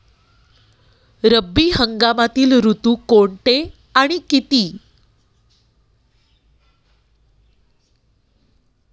रब्बी हंगामातील ऋतू कोणते आणि किती?